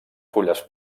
fulles